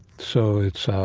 so it's